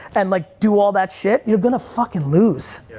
and, like, do all that shit, you're gonna fucking lose.